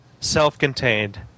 self-contained